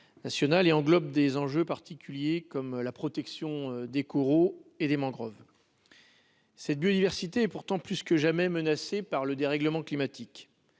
et englobe des enjeux particuliers comme la protection des coraux et des mangroves cette biodiversité pourtant plus que jamais menacé par le dérèglement climatique,